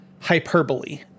hyperbole